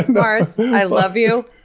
mars, i love you,